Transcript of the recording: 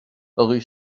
rue